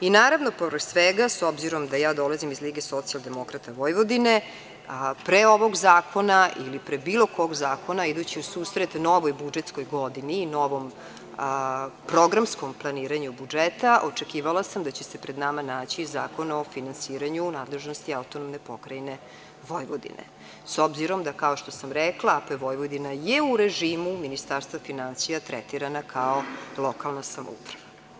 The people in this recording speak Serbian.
Naravno, pored svega, s obzirom da ja dolazim iz LSV, a pre ovog zakona ili pre bilo kog zakona, idući u susret novoj budžetskoj godini i novom programskom planiranju budžeta, očekivala sam da će se pred nama naći i zakon o finansiranju u nadležnosti AP Vojvodine, s obzirom da, kao što sam rekla, AP Vojvodina je u režimu Ministarstva finansija tretirana kao lokalna samouprava.